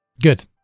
Good